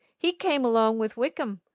he came along with wickham.